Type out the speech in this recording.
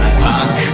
punk